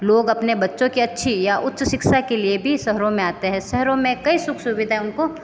लोग अपने बच्चों की अच्छी या उच्च शिक्षा के लिए भी शहरों में आते है शहरों में कई सुख सुविधा उनको